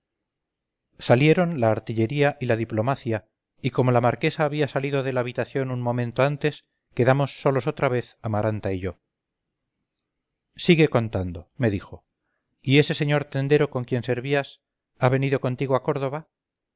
salieron la artillería y la diplomacia y como la marquesa había salido de la habitación un momento antes quedamos solos otra vez amaranta y yo sigue contando me dijo y ese señor tendero con quien servías ha venido contigo a córdoba